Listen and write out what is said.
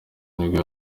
nibwo